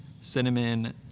cinnamon